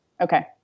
okay